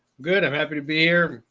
good. i'm happy to be here.